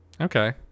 Okay